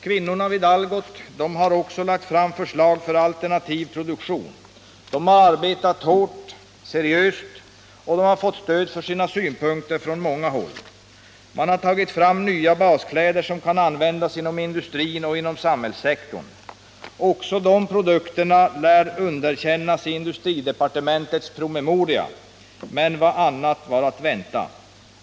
Kvinnorna Medelstillskott till vid Algots har också lagt fram förslag för alternativ produktion. De har arbetat hårt och seriöst, och de har fått stöd för sina synpunkter från många håll. De har tagit fram nya baskläder som kan användas inom industrin och inom samhällssektorn. Också de produkterna lär underkännas i industridepartementets promemoria. Men vad var annat att vänta?